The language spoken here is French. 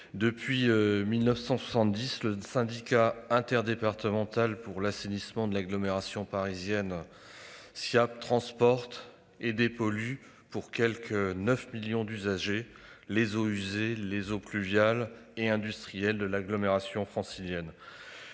Depuis 1970, le Syndicat interdépartemental pour l'assainissement de l'agglomération parisienne. Sia transporte et dépollue pour quelque 9 millions d'usagers. Les eaux usées, les eaux pluviales et industriel de l'agglomération francilienne.